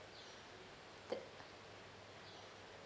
the